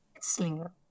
Slinger